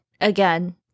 again